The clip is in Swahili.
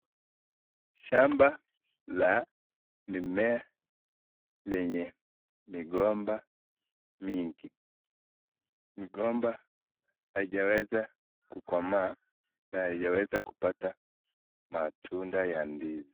Shamba la mimea lenye migomba mingi . Migomba haijaweza kukomaa na haijaweza kupata matunda ya ndizi.